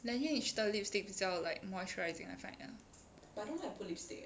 Laneige 的 lipstick 比较 like moisturising I find lah